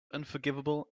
unforgivable